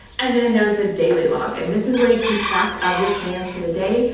and then there's the daily log. and this is where you keep track of your plans for the day.